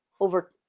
over